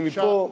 אם לחמישה.